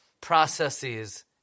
processes